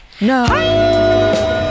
No